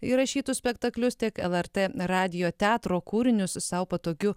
įrašytus spektaklius tiek lrt radijo teatro kūrinius sau patogiu